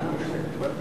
היה בהנהלת